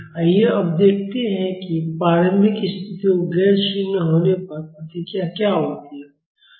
आइए अब देखते हैं कि प्रारंभिक स्थितियाँ गैर शून्य होने पर प्रतिक्रिया क्या होती है